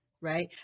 right